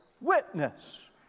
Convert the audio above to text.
witness